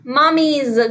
mommy's